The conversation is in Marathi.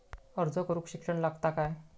अर्ज करूक शिक्षण लागता काय?